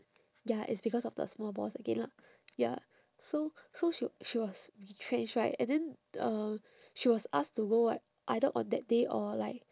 ya it's because of the small boss again lah ya so so she she was retrenched right and then uh she was asked to go like either on that day or like